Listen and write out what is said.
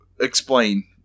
explain